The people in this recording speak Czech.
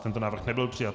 Tento návrh nebyl přijat.